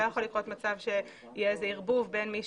לא יכול לקרות מצב שיהיה איזה ערבוב בין מי